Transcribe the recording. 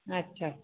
ᱟᱪᱪᱷᱟ